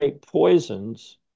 poisons